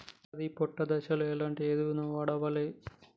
వరి పొట్ట దశలో ఎలాంటి ఎరువును వాడాలి?